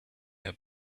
have